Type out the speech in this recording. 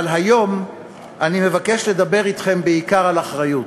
אבל היום אני מבקש לדבר אתכם בעיקר על אחריות.